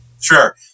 Sure